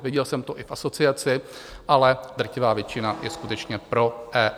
Viděl jsem to i v asociaci, ale drtivá většina je skutečně pro EET.